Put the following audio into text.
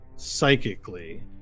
psychically